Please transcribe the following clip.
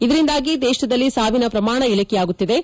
ಇದರಿಂದಾಗಿ ದೇಶದಲ್ಲಿ ಸಾವಿನ ಪ್ರಮಾಣಗಳು ಇಳಿಕೆಯಾಗುತ್ತಿವೆ